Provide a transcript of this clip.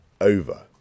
over